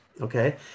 Okay